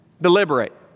deliberate